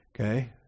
Okay